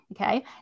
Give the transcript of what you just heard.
Okay